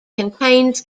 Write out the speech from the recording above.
contains